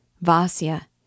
Vasya